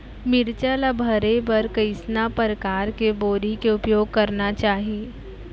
मिरचा ला भरे बर कइसना परकार के बोरी के उपयोग करना चाही?